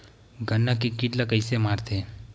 गन्ना के कीट ला कइसे मारथे?